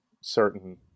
certain